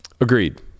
Agreed